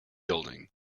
building